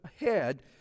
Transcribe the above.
ahead